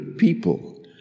people